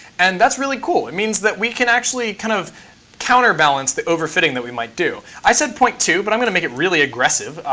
and that's really cool. it means that we can actually kind of counterbalance the over-fitting that we might do. i said zero point two, but i'm going to make it really aggressive.